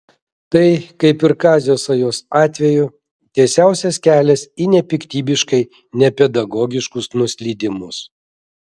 tai kaip ir kazio sajos atveju tiesiausias kelias į nepiktybiškai nepedagogiškus nuslydimus